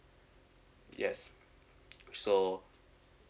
yes so